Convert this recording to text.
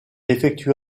effectue